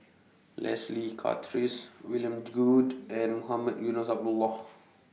Leslie Charteris William Goode and Mohamed Eunos Abdullah